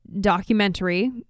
documentary